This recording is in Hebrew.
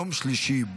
יום שלישי,